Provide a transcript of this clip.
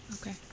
Okay